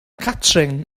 catrin